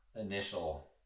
initial